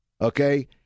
Okay